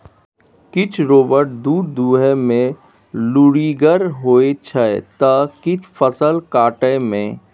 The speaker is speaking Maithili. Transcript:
किछ रोबोट दुध दुहय मे लुरिगर होइ छै त किछ फसल काटय मे